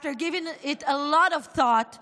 after giving it a lot of thought,